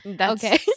okay